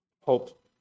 Hope